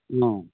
অঁ